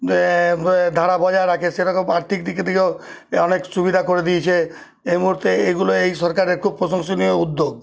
ধারা বজায় রাখে সেরকম আর্থিক দিক দিয়েও অনেক সুবিধা করে দিয়েছে এই মুহুর্তে এইগুলো এই সরকারের খুব প্রশংসনীয় উদ্যোগ